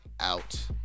out